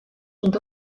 sont